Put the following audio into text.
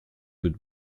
would